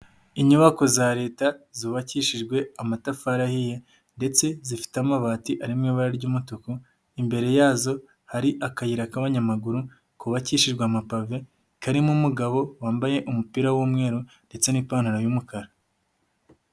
Inyubako za Leta zubakishijwe amatafari ahiye ndetse zifite amabati ari mu ibara ry'umutuku, imbere yazo hari akayira k'abanyamaguru kubakishijwe amapave, karimo umugabo wambaye umupira w'umweru ndetse n'ipantaro y'umukara.